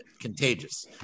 contagious